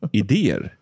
idéer